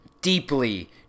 deeply